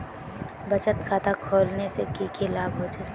बचत खाता खोलने से की की लाभ होचे?